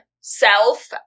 self